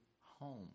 home